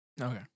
Okay